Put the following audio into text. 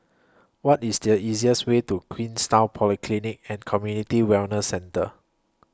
What IS The easiest Way to Queenstown Polyclinic and Community Wellness Centre